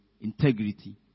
integrity